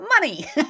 Money